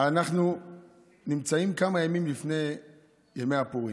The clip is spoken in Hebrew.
אנחנו נמצאים כמה ימים לפני ימי הפורים.